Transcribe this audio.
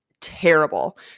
terrible